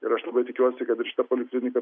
ir aš labai tikiuosi kad ir šita poliklinika